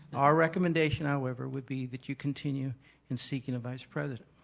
our recommendation, however, would be that you continue in seeking a vice president.